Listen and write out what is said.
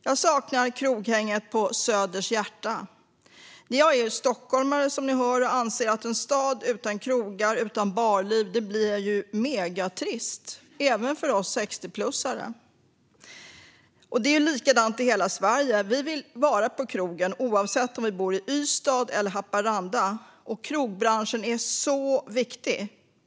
Jag saknar kroghänget på Söders Hjärta. Jag är ju stockholmare, som ni hör, och anser att en stad utan krogar och utan barliv blir megatrist även för oss 60-plussare. Det är likadant i hela Sverige. Vi vill vara på krogen, oavsett om vi bor i Ystad eller Haparanda, och krogbranschen är mycket viktig.